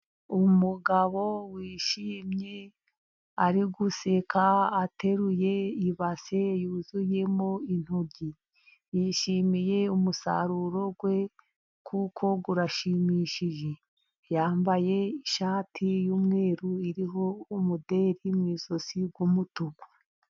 Umugabo wishimye ari guseka, ateruye ibase yuzuyemo intoryi. Yishimiye umusaruro we kuko urashimishije, yambaye ishati y'umweru, iriho umuderi mu ijosi w'umutuku.